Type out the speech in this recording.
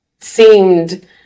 seemed